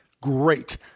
great